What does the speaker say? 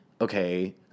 okay